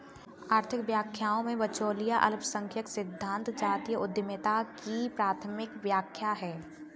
आर्थिक व्याख्याओं में, बिचौलिया अल्पसंख्यक सिद्धांत जातीय उद्यमिता की प्राथमिक व्याख्या है